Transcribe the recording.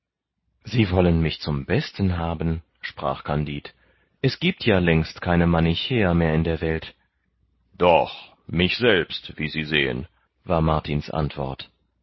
sie wollen mich zum besten haben sprach kandid es giebt ja längst keine manichäer mehr in der welt doch mich selbst wie sie sehen war martin's antwort